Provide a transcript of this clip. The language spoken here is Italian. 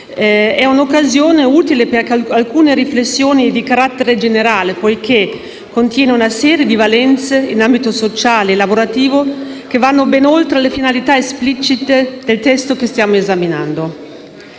è un'occasione utile per svolgere alcune riflessioni di carattere generale, poiché contiene una serie di valenze in ambito sociale e lavorativo che vanno ben oltre le finalità esplicite del testo che stiamo esaminando.